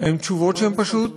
הן תשובות, פשוט